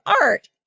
art